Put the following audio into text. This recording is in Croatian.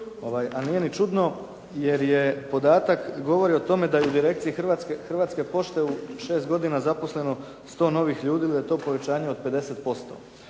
A nije ni čudno jer podatak govori o tome da je u direkciji Hrvatske pošte u šest godina zaposleno 100 novih ljudi i to je povećanje od 50%